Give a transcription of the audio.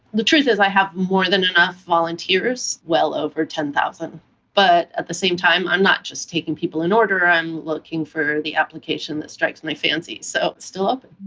the truth is i have more than enough volunteers well over ten thousand but at the same time i'm not just taking people in order i'm looking for the application that strikes my fancy. so it's still open.